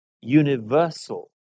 universal